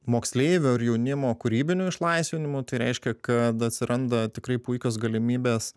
moksleivių ir jaunimo kūrybiniu išlaisvinimu tai reiškia kad atsiranda tikrai puikios galimybės